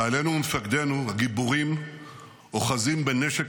חיילינו ומפקדינו הגיבורים אוחזים בנשק